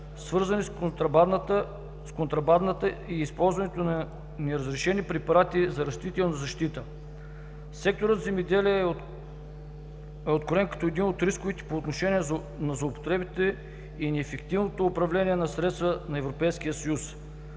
свързани с контрабандата и използването на неразрешени препарати за растителна защита. Секторът „Земеделие“ е откроен като един от рисковите по отношение на злоупотребите и неефективното управление на средства на Европейския съюз.